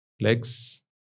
legs